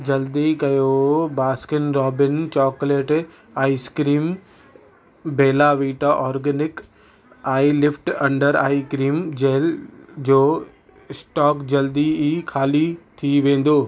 जल्दी कयो Baskin Robbins chocolate ice cream ऐं Bella Vita organic eyelift under eye cream gel जो स्टॉक जल्द ई खाली थी वेंदो